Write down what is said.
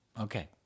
Okay